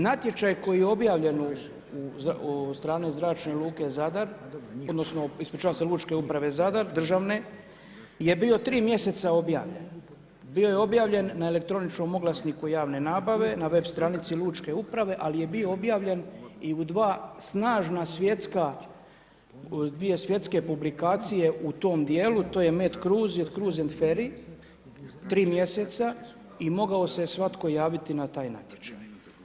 Natječaj koji je objavljen od strane Zračne luke Zadar, odnosno ispričavam se Lučke uprave Zadar, državne, je bio 3 mjeseca objavljen, bio je objavljen na elektroničkom oglasniku javne nabave, na web stranici lučke uprave, ali je bio objavljen i u 2 snažna svjetska, u dvije svjetske publikacije u tom djelu, to je Met cruise i cruise and fairy, 3 mjeseca i mogao se svatko javiti na taj natječaj.